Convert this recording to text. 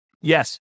Yes